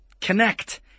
connect